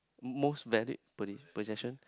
most valid posi~ procession